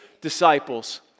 disciples